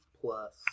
plus